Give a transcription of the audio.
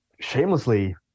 shamelessly